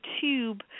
tube